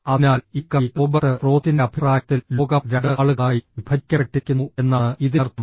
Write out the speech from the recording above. അതിനാൽ ഈ കവി റോബർട്ട് ഫ്രോസ്റ്റിന്റെ അഭിപ്രായത്തിൽ ലോകം രണ്ട് ആളുകളായി വിഭജിക്കപ്പെട്ടിരിക്കുന്നു എന്നാണ് ഇതിനർത്ഥം